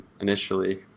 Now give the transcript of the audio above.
initially